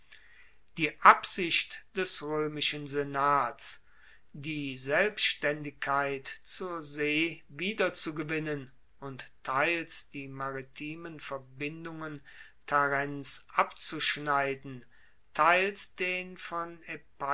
die absicht des roemischen senats die selbstaendigkeit zur see wiederzugewinnen und teils die maritimen verbindungen tarents abzuschneiden teils den von